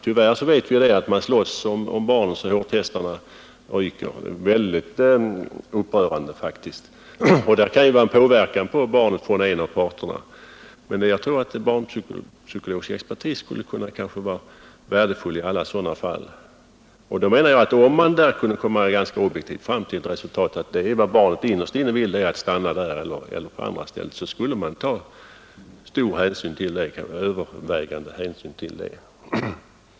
Tyvärr vet vi att man slåss om barnen, så att hårtestarna ryker — det är faktiskt väldigt upprörande — och det kan som sagt vara en påverkan från en av parterna. Men jag tror att tillgång till barnpsykologisk expertis skulle kunna vara värdefull i alla sådana fall. Om man därigenom skulle kunna ganska objektivt fastslå att vad barnet innerst inne vill är att stanna på det ena eller på det andra stället, borde man ta stor, ja övervägande hänsyn till det.